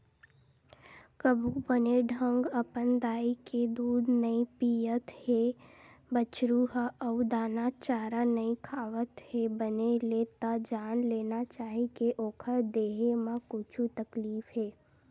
कभू बने ढंग अपन दाई के दूद नइ पियत हे बछरु ह अउ दाना चारा नइ खावत हे बने ले त जान लेना चाही के ओखर देहे म कुछु तकलीफ हे